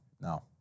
no